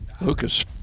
Lucas